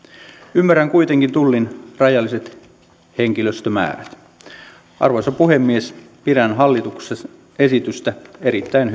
ymmärrän kuitenkin tullin rajalliset henkilöstömäärät arvoisa puhemies pidän hallituksen esitystä erittäin